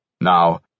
Now